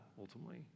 ultimately